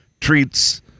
treats